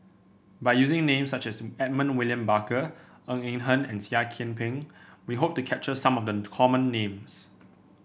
by using names such as Edmund William Barker Ng Eng Hen and Seah Kian Peng we hope to capture some of the common names